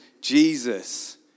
Jesus